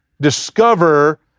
discover